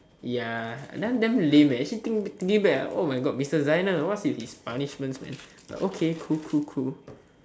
ya that one damn lame eh actually think think back ah oh my god mister Zainal what's with his punishments man like okay cool cool cool